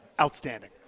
outstanding